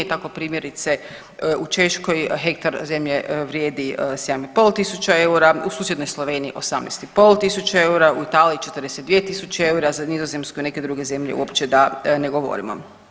Tako primjerice u Češkoj hektar zemlje vrijedi 7,5 tisuća eura, u susjednoj Sloveniji 18,5 tisuća eura, u Italiji 42 tisuće eura, za Nizozemsku i neke druge zemlje uopće da ne govorimo.